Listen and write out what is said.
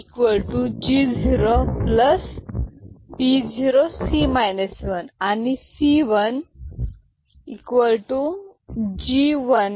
C0 G0 P0C 1 आणि C1 G1 P1C0